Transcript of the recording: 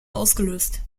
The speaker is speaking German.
ausgelöst